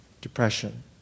depression